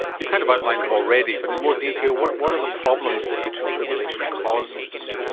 you've kind of outlined them already, but in more detail what what are the problems that atrial fibrillation causes?